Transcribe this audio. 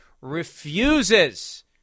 refuses